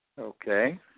Okay